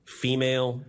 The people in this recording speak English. female